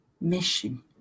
mission